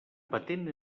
patent